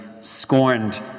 scorned